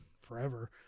forever